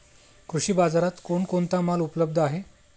कृषी बाजारात कोण कोणता माल उपलब्ध आहे?